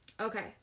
Okay